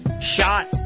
shot